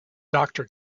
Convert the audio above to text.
doctor